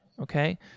Okay